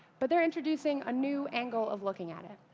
but they're introducing a new angle of looking at it.